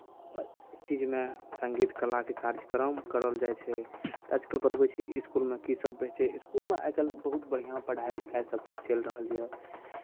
चीजके सङ्गीत कलाके कार्यक्रम कराओल जाइ छै तऽ आज कल बतबै छी कि इसकुलमे कीसभ होइ छै इसकुलमे आइ काल्हि बहुत बढ़िआँ पढ़ाइ लिखाइ सभकिछु चलि रहल यए